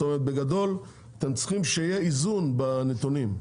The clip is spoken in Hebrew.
בגדול אתם צריכים שיהיה איזון בנתונים.